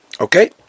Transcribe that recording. Okay